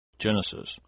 Genesis